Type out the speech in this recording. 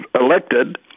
elected